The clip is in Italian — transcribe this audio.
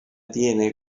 tiene